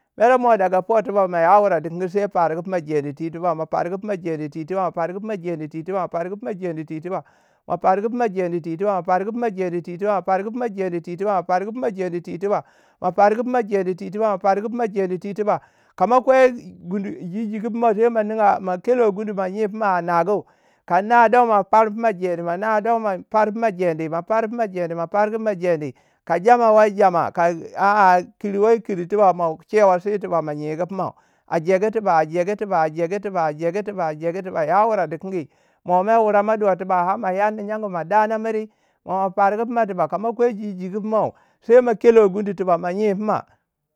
mere mo daga po tiba, ma ya wure dikingi sai fargu fina jedi tui tiba. Ma fargu fina jedi tui tiba ma fargu fina jedi tui tiba ma fargu fina jedi tui tiba. Ma fargu fina jedi tui tiba ma fargu fina jedi tui tiba ma fargu fina jedi twi tiba ma fargu fina gedi tui tiba ma fargu fina jedi tui tiba ma fargu fina jedi tui tiba. kama kwai gundu je jigu fina sai ma ninga ma kelo gundu ma nye fina a nagu. kana don mo far fina jedi kana don mo far fina jedi, ma far fina jedi mo far fina jedi. ka jama wai jama. ka aa kirwai kir tuba mau chewe si tiba ma nyegu pimau. a jegu tiba a jegu tiba a jegu tiba a jegu tiba a jegu tiba. ya wuru dikingi. mo mer wure mai do tiba ha ma yadi nyangu ma dana miri. mo ma pargu puma tiba. Kama ko gui jigu pumau. sai ma kelo gundu tuba. ma nyi pima.